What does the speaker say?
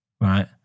right